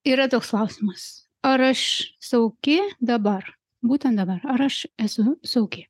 yra toks klausimas ar aš saugi dabar būtent dabar ar aš esu saugi